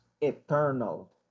eternal